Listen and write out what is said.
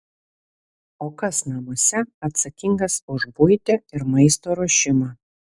o kas namuose atsakingas už buitį ir maisto ruošimą